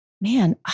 Man